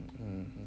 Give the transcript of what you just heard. hmm